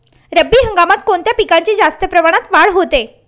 रब्बी हंगामात कोणत्या पिकांची जास्त प्रमाणात वाढ होते?